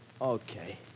Okay